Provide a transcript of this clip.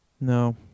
No